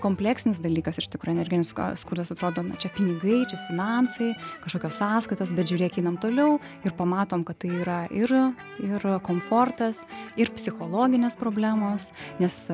kompleksinis dalykas iš tikro energinis skurdas atrodo čia pinigai čia finansai kažkokios sąskaitos bet žiūrėk einam toliau ir pamatom kad tai yra ir ir komfortas ir psichologinės problemos nes